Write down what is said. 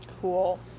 Cool